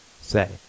say